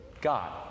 God